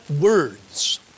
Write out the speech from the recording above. words